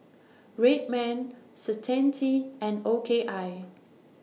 Red Man Certainty and O K I